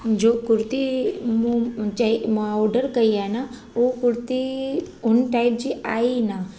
जो कुर्ती मूं चयी मां ऑडर कई आहे न उहा कुर्ती हुन टाइप जी आहे ई न